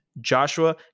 Joshua